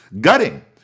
gutting